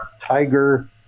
tiger